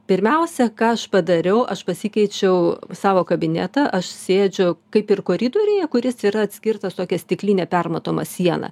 pirmiausia ką aš padariau aš pasikeičiau savo kabinetą aš sėdžiu kaip ir koridoriuje kuris yra atskirtas tokia stikline permatoma siena